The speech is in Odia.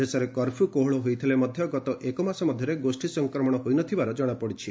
ଦେଶରେ କର୍ଫ୍ୟ କୋହଳ ହୋଇଥିଲେ ମଧ୍ୟ ଗତ ଏକମାସ ମଧ୍ୟରେ ଗୋଷ୍ଠୀ ସଂକ୍ରମଣ ହୋଇନଥିବାର ଜଣାପଡ଼ିଛି